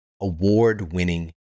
award-winning